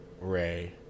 Ray